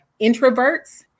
introverts